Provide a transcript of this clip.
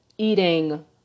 eating